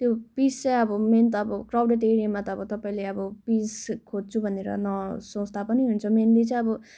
त्यो पिस चाहिँ अब मेन त अब क्राउडेड एरियामा त अब तपाईँले अब पिस खोज्छु भनेर त नसोच्दा पनि हुन्छ मेनली चाहिँ अब